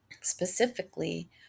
specifically